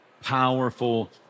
powerful